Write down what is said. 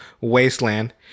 wasteland